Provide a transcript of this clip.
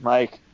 Mike